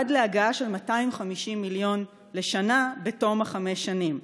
עד להגעה של 250 מיליון לשנה בתום חמש השנים.